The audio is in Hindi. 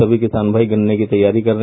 सभी किसान भाई गन्ने की तैयारी कर ले